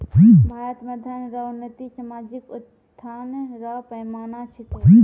भारत मे धन रो उन्नति सामाजिक उत्थान रो पैमाना छिकै